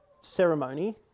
ceremony